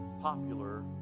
popular